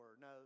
No